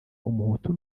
umuhutu